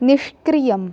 निष्क्रियम्